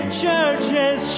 churches